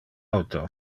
auto